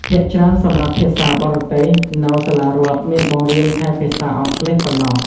ភាគច្រើនសម្រាប់ភាសាបរទេស នៅសាលារដ្ឋមានបង្រៀនតែភាសាអង់គ្លេសប៉ុណ្ណោះ។